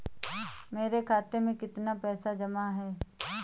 मेरे खाता में कितनी पैसे जमा हैं?